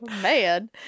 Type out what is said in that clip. Man